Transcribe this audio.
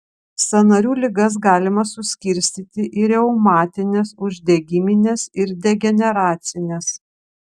sąnarių ligas galima suskirstyti į reumatines uždegimines ir degeneracines